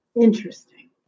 Interesting